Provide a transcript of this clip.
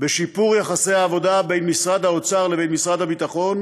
בשיפור יחסי העבודה בין משרד האוצר לבין משרד הביטחון